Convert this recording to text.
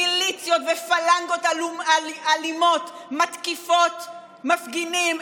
מיליציות ופלנגות אלימות מתקיפות מפגינים,